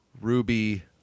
Ruby